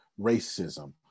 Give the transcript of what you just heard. racism